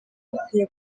bakwiye